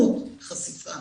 בחשיפה